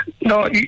no